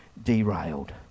derailed